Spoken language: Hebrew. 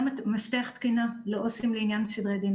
מפתח תקינה לעובדים סוציאליים לעניין סדרי דין.